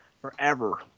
forever